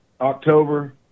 October